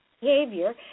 behavior